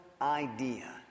idea